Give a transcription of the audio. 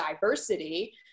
diversity